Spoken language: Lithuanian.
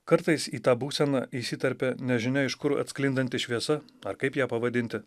kartais į tą būseną įsiterpia nežinia iš kur atsklindanti šviesa ar kaip ją pavadinti